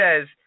says